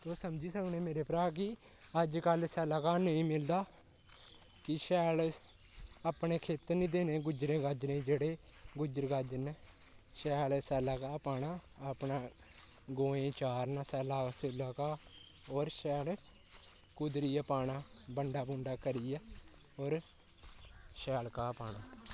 तुस समझी सकने मेरे भ्राऽ गी अज्ज कल सै'ल्ला घाऽ नेईं मिलदा की शैल अपने खेत्तर निं देने गुज्जरें गाज्जरें ई जेह्ड़े गुज्जर गाज्जर न शैल सै'ल्ला घाऽ पाना अपना गौऐं ई चारना सै'ल्ला घाऽ होर शैल कुदरियै पाना बंडा बुंडा करियै होर शैल घाऽ पाना